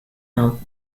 out